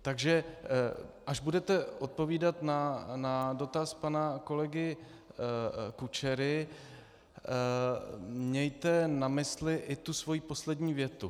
Takže až budete odpovídat na dotaz pana kolegy Kučery, mějte na mysli i tu svoji poslední větu.